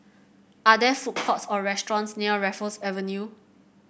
are there food courts or restaurants near Raffles Avenue